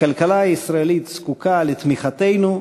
הכלכלה הישראלית זקוקה לתמיכתנו,